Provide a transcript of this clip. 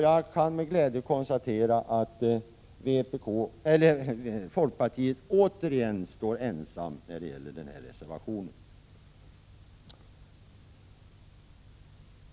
Jag kan med glädje konstatera att folkpartiet ånyo står ensamt om denna reservation.